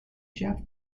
jeff